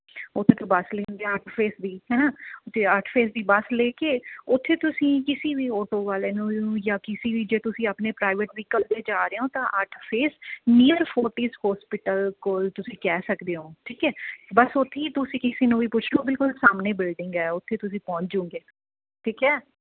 ਉੱਥੇ ਇੱਕ ਬੱਸ ਲੈਂਦੇ ਆਂ ਅੱਠ ਫੇਸ ਦੀ ਹੈ ਨਾ ਉੱਥੇ ਅੱਠ ਫੇਸ ਦੀ ਬੱਸ ਲੈ ਕੇ ਉੱਥੇ ਤੁਸੀਂ ਕਿਸੀ ਵੀ ਆਟੋ ਵਾਲੇ ਨੂੰ ਜਾਂ ਕਿਸੀ ਵੀ ਜੇ ਤੁਸੀਂ ਆਪਣੇ ਪ੍ਰਾਈਵੇਟ ਵਹੀਕਲ 'ਤੇ ਜਾ ਰਹੇ ਹੋ ਤਾਂ ਅੱਠ ਫੇਸ ਨੀਅਰ ਫੋਰਟਿਸ ਹੋਸਪਿਟਲ ਕੋਲ ਤੁਸੀਂ ਕਹਿ ਸਕਦੇ ਹੋ ਠੀਕ ਹੈ ਬਸ ਉੱਥੇ ਹੀ ਤੁਸੀਂ ਕਿਸੀ ਨੂੰ ਵੀ ਪੁੱਛ ਲਓ ਬਿਲਕੁਲ ਸਾਹਮਣੇ ਬਿਲਡਿੰਗ ਹੈ ਉੱਥੇ ਤੁਸੀਂ ਪਹੁੰਚੋਂਗੇ ਠੀਕ ਹੈ